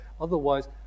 Otherwise